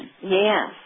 yes